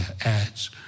adds